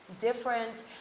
different